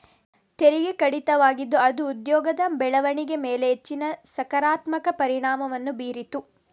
ತೆರಿಗೆ ಕಡಿತವಾಗಿದ್ದು ಅದು ಉದ್ಯೋಗದ ಬೆಳವಣಿಗೆಯ ಮೇಲೆ ಹೆಚ್ಚಿನ ಸಕಾರಾತ್ಮಕ ಪರಿಣಾಮವನ್ನು ಬೀರಿತು